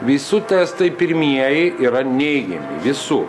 visų testai pirmieji yra neigiami visų